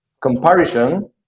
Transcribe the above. comparison